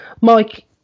Mike